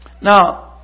now